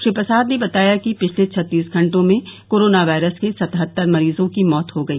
श्री प्रसाद ने बताया कि पिछले छत्तीस घंटों में कोरोना वायरस के सतहत्तर मरीजों की मौत हो गई